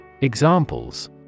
Examples